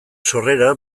sorrera